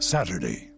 Saturday